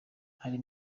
hari